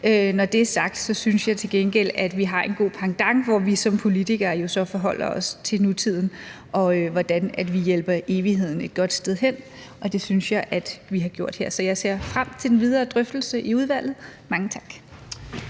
Når det er sagt, så synes jeg til gengæld, at vi har en god pendant, hvor vi som politikere jo forholder os til nutiden, og hvordan vi hjælper evigheden et godt sted hen. Og det synes jeg at vi har gjort her. Så jeg ser frem til den videre drøftelse i udvalget. Mange tak.